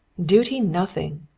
duty nothing!